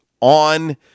on